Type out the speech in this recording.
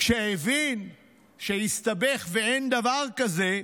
כשהבין שהסתבך ואין דבר כזה,